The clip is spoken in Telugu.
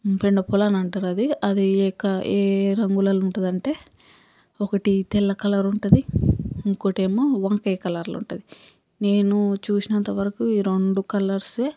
పెండ పూలు అని అంటారు అది అది ఏ కా ఏఏ రంగులలో ఉంటుంది అంటే ఒకటి తెల్ల కలర్ ఉంటుంది ఇంకోటేమో వంకాయ కలర్లో ఉంటుంది నేను చూసినంత వరకు ఈ రెండు కలర్సే